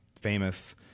famous